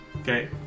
Okay